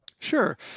Sure